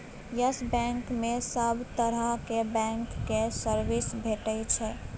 yes Bank मे सब तरहक बैंकक सर्विस भेटै छै